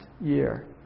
year